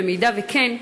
אם כן,